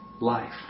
life